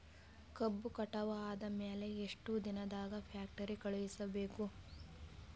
ಕಬ್ಬು ಕಟಾವ ಆದ ಮ್ಯಾಲೆ ಎಷ್ಟು ದಿನದಾಗ ಫ್ಯಾಕ್ಟರಿ ಕಳುಹಿಸಬೇಕು?